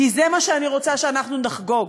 כי זה מה שאני רוצה שאנחנו נחגוג.